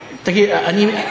אתה תומך ב-BDS, כן או לא?